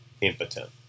impotent